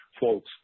Folks